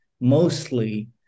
mostly